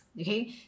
okay